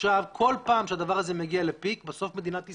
עכשיו כל פעם שהדבר הזה מגיע לפיק בסוף מדינת ישראל,